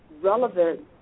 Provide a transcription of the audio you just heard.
relevant